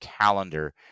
calendar